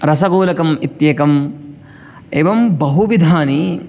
रसगोलकम् इत्येकम् एवं बहुविधानि